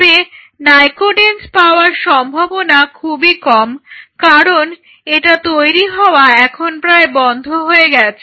তবে নাইকোডেঞ্জ পাওয়ার সম্ভাবনা খুবই কম কারণ এটা তৈরি হওয়া এখন বন্ধ হয়ে গেছে